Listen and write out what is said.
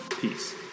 Peace